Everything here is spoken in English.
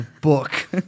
book